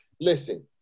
listen